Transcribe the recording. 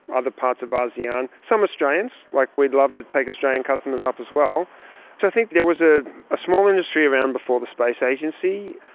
other parts of ah asean, some australians. like we'd love to take australian customers up as well. so i think there was a ah small industry around before the space agency.